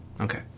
Okay